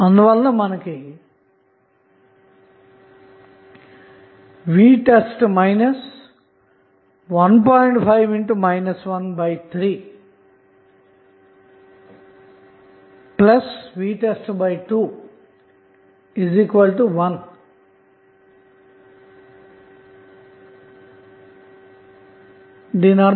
v test 1